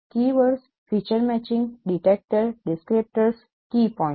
keywords feature matching detector descriptors keypoints